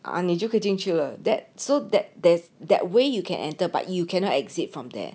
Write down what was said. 啊你就可以进去了 that so that there's that way you can enter but you cannot exit from there